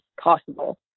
possible